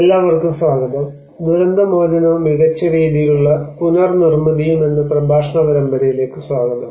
എല്ലാവർക്കും സ്വാഗതം ദുരന്ത മോചനവും മികച്ച രീതിയിലുള്ള പുനർ നിർമ്മിതിയും എന്ന പ്രഭാഷണ പരമ്പരയിലേക്ക് സ്വാഗതം